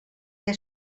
què